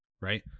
right